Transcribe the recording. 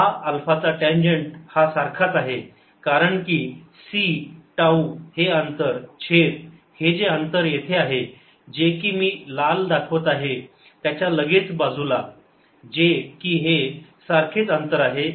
हा अल्फा चा टँजेन्ट हा सारखाच आहे कारण की c टाऊ हे अंतर छेद हे जे अंतर येथे आहे जे की मी लाल मी दाखवत आहे त्याच्या लगेच बाजूला जे की हे सारखेच अंतर आहे